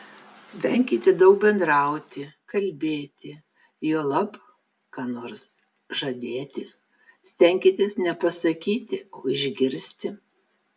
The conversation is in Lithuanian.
venkite daug bendrauti kalbėti juolab ką nors žadėti stenkitės ne pasakyti o išgirsti